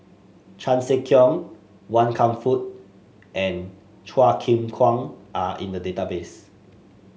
Chan Sek Keong Wan Kam Fook and Chua Chim Kang are in the database